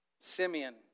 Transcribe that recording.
Simeon